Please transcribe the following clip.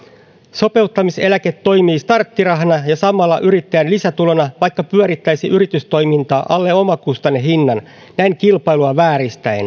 sopeutumiseläke toimii starttirahana ja samalla yrittäjän lisätulona vaikka pyörittäisi yritystoimintaa alle omakustannehinnan näin kilpailua vääristäen